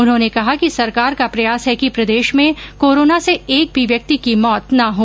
उन्होंने कहा कि सरकार कॉ प्रयास है कि प्रदेश में कोरोना से एक भी व्यक्ति की मौत न हो